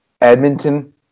Edmonton